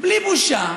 בלי בושה,